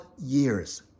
years